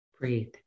Breathe